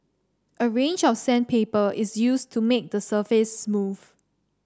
a range of sandpaper is used to make the surface smooth